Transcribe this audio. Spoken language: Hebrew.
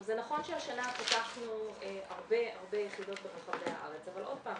זה נכון שהשנה פתחנו הרבה הרבה יחידות ברחבי הארץ אבל עוד פעם,